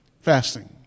fasting